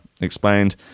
explained